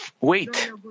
wait